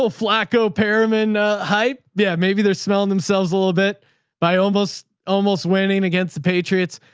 flaco. paramin hype. yeah. maybe they're smelling themselves a little bit by almost, almost winning against the patriots.